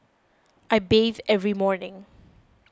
I bathe every morning